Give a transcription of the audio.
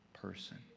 Person